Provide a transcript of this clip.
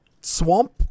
Swamp